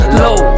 low